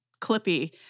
clippy